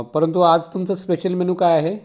परंतु आज तुमचं स्पेशल मेनू काय आहे